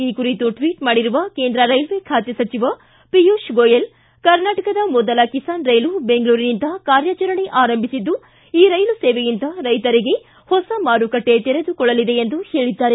ಈ ಕುರಿತು ಟ್ವಿಟ್ ಮಾಡಿರುವ ಕೇಂದ್ರ ರೈಲ್ವೆ ಖಾತೆ ಸಚಿವ ಪಿಯೂಷ್ ಗೋಯಲ್ ಕರ್ನಾಟಕದ ಮೊದಲ ಕಿಸಾನ್ ರೈಲು ಬೆಂಗಳೂರಿನಿಂದ ಕಾರ್ಯಾಚರಣೆ ಆರಂಭಿಸಿದ್ದು ಈ ರೈಲು ಸೇವೆಯಿಂದ ರೈಶರಿಗೆ ಹೊಸ ಮಾರುಕಟ್ಟೆ ತೆರೆದುಕೊಳ್ಳಲಿದೆ ಎಂದು ಹೇಳಿದ್ದಾರೆ